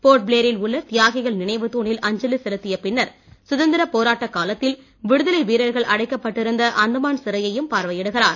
போர்ட்பிளேரில் உள்ள தியாகிகள் நினைவுத்தாணில் அஞ்சலி செலுத்திய பின்னர் சுதந்திரப் போராட்டக் காலத்தில் விடுதலை வீரர்கள் அடைக்கப்பட்டிருந்த சிறையும் பார்வையிடுகிறார்